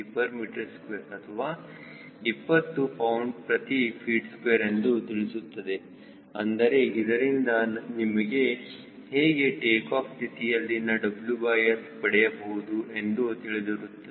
6 kgm2 ಅಥವಾ 20 lbft2 ಎಂದು ತಿಳಿಸುತ್ತದೆ ಅಂದರೆ ಇದರಿಂದ ನಿಮಗೆ ಹೇಗೆ ಟೇಕಾಫ್ ಸ್ಥಿತಿಯಲ್ಲಿನ WS ಪಡೆಯಬಹುದು ಎಂದು ತಿಳಿದಿರುತ್ತದೆ